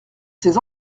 ces